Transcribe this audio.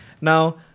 Now